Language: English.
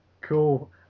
Cool